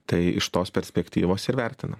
tai iš tos perspektyvos ir vertinu